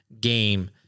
game